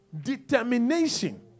Determination